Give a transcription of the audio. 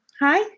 Hi